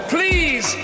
Please